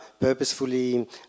purposefully